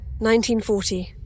1940